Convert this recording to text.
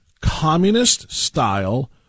communist-style